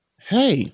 hey